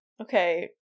Okay